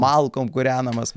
malkom kūrenamas